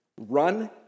Run